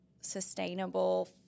sustainable